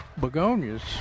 begonias